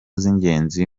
z’ingenzi